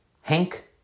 Hank